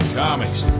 comics